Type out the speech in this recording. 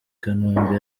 kanombe